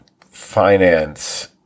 finance